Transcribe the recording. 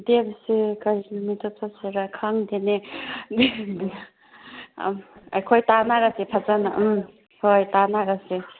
ꯗꯦꯗꯁꯦ ꯀꯔꯤ ꯅꯨꯃꯤꯠꯇ ꯆꯠꯁꯤꯔꯥ ꯈꯪꯗꯦꯅꯦ ꯑꯩꯈꯣꯏ ꯇꯥꯟꯅꯔꯁꯦ ꯐꯖꯅ ꯎꯝ ꯍꯣꯏ ꯇꯥꯟꯅꯔꯁꯦ